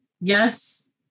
yes